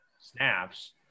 snaps